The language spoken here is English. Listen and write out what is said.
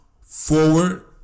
forward